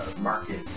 market